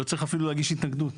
לא צריך אפילו להגיש התנגדות.